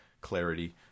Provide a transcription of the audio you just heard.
clarity